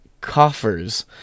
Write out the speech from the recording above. coffers